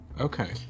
Okay